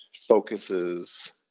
focuses